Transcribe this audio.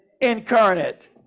incarnate